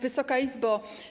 Wysoka Izbo!